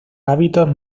hábitos